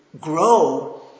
grow